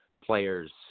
player's